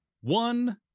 one